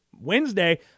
Wednesday